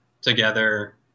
together